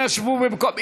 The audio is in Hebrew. אנא שבו במקום,